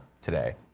today